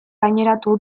gaineratu